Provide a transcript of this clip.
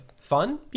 fun